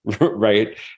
right